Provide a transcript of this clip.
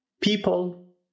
people